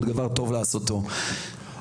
אבל חבר הכנסת ביטון,